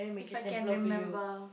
if I can remember